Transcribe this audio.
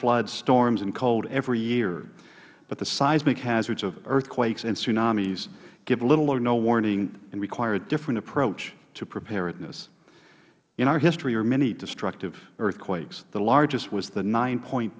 floods storms and cold every year but the seismic hazards of earthquakes and tsunamis give little or no warning and require a different approach to preparedness in our history are many destructive earthquakes the largest was the nine point